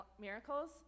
miracles